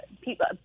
people